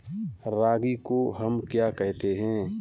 रागी को हम क्या कहते हैं?